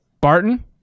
Barton